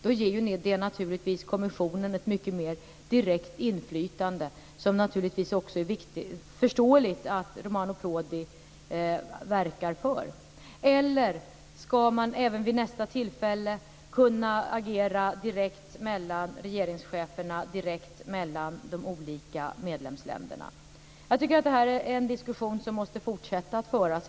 Då ger det naturligtvis kommissionen ett mycket mer direkt inflytande. Det är det naturligtvis också förståeligt att Romano Prodi verkar för. Eller ska man även vid nästa tillfälle kunna agera direkt mellan regeringscheferna, direkt mellan de olika medlemsländerna? Jag tycker att det här är en diskussion som måste fortsätta att föras.